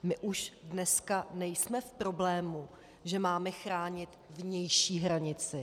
My už dneska nejsme v problému, že máme chránit vnější hranici.